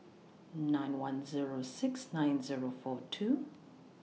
nine one Zero six nine Zero four two